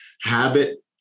Habit